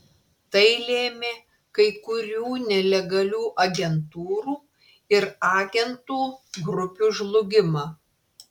tai lėmė kai kurių nelegalių agentūrų ir agentų grupių žlugimą